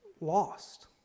lost